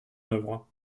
œuvre